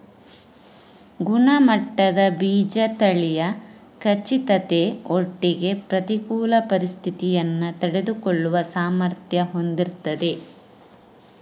ಗುಣಮಟ್ಟದ ಬೀಜ ತಳಿಯ ಖಚಿತತೆ ಒಟ್ಟಿಗೆ ಪ್ರತಿಕೂಲ ಪರಿಸ್ಥಿತಿಯನ್ನ ತಡೆದುಕೊಳ್ಳುವ ಸಾಮರ್ಥ್ಯ ಹೊಂದಿರ್ತದೆ